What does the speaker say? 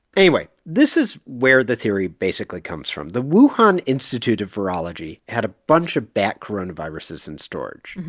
anyway, this is where the theory basically comes from. the wuhan institute of virology had a bunch of bat coronaviruses in storage.